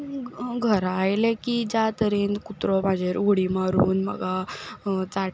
घरा आयलें की ज्या तरेन कुत्रो म्हाजेर उडी मारून म्हाका चाट्टा